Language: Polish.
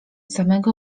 samego